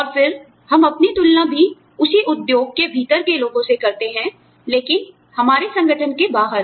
और फिर हम अपनी तुलना भी उसी उद्योग के भीतर के लोगों से करते हैं लेकिन हमारे संगठन के बाहर